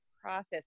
process